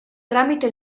tramite